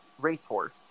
racehorse